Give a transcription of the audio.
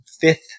fifth